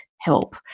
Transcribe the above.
help